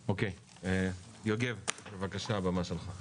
אוקיי, יוגב, בבקשה, הבמה שלך.